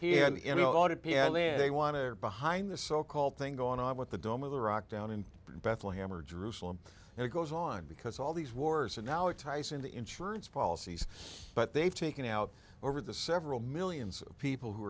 m they want to behind the so called thing going on with the dome of the rock down in bethlehem or jerusalem and it goes on because all these wars and now it ties into insurance policies but they've taken out over the several millions of people who